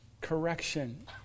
correction